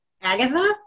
Agatha